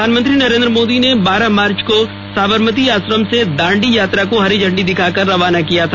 प्रधानमंत्री नरेन्द्र मोदी ने बारह मार्च को साबरमती आश्रम से दांडी यात्रा को हरी झण्डी दिखाकर रवाना किया था